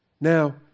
Now